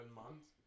months